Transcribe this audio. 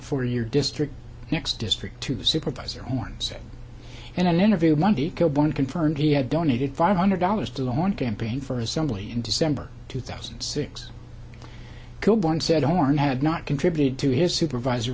for your district next district to supervise their horns in an interview monday one confirmed he had donated five hundred dollars to one campaign for assembly in december two thousand and six gold one said horn had not contributed to his supervisor